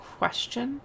question